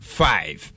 five